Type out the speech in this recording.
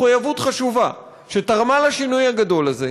מחויבות חשובה, שתרמה לשינוי הגדול הזה.